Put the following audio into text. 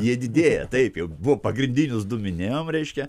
jie didėja taip jau buvo pagrindinius du minėjom reiškia